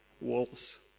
walls